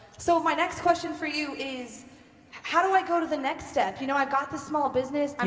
so my next question for you is how do i go to the next step, you know i've got this small business, um